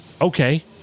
okay